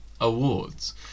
awards